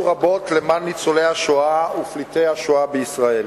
רבות למען ניצולי השואה ופליטי השואה בישראל.